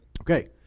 Okay